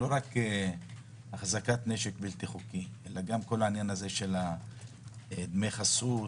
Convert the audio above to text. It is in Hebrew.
לא רק החזקת נשק בלתי חוקי אלא גם לקיחת דמי חסות,